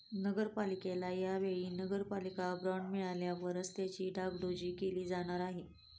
नगरपालिकेला या वेळी नगरपालिका बॉंड मिळाल्यावर रस्त्यांची डागडुजी केली जाणार आहे